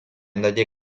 ndaje